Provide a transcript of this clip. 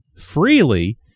freely